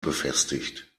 befestigt